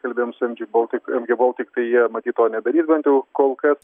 kalbėjom su m džy baltic mg baltic tai jie matyt to nedarys bent jau kol kas